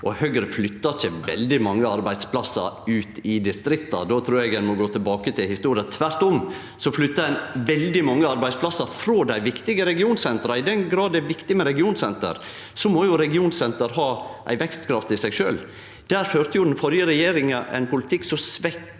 Høgre flytta ikkje veldig mange arbeidsplassar ut i distrikta. Då trur eg ein må gå tilbake til historia. Tvert om flytta ein veldig mange arbeidsplassar frå dei viktige regionsentera. I den grad det er viktig med regionsenter, må regionsenter ha ei vekstkraft i seg sjølv. Der førte den førre regjeringa ein politikk som svekte